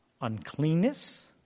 uncleanness